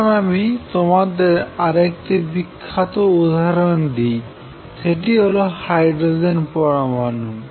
এখন আমি তোমাদের আরেকটি বিখ্যাত উদাহরণ দিই সেটি হল হাইড্রোজেন পরমাণু